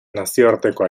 nazioarteko